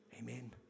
Amen